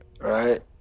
right